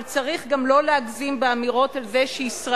אבל צריך גם לא להגזים באמירות על זה שישראל